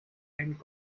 and